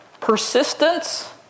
Persistence